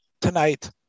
tonight